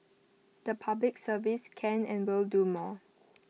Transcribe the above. the Public Service can and will do more